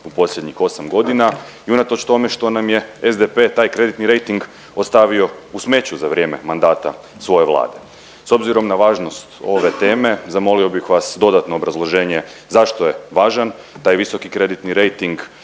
u posljednjih osam godina i unatoč tome što nam je SDP taj kreditni rejting ostavio u smeću za vrijeme mandata svoje vlade. S obzirom na važnost ove teme zamolio bih vas dodatno obrazloženje zašto je važan taj visoki kreditni rejting,